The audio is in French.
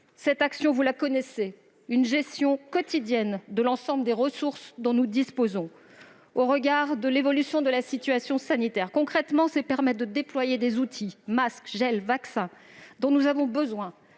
Cette action, vous la connaissez, elle s'appuie sur la gestion quotidienne de l'ensemble des ressources dont nous disposons au regard de l'évolution de la situation sanitaire. Concrètement, elle permet de déployer des outils- masques, gels, vaccins -dont nous avons besoin,